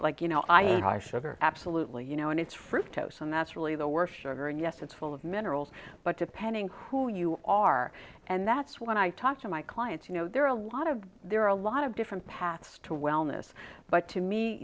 like you know i eat high sugar absolutely you know and it's first house and that's really the worst sugar and yes it's full of minerals but depending crew you are and that's when i talk to my clients you know there are a lot of there are a lot of different paths to wellness but to me